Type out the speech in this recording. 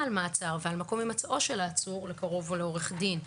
על מעצר ועל מקום הימצאו של העצור לקרוב או לעורך דין,